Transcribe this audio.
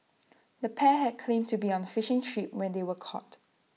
the pair had claimed to be on fishing trip when they were caught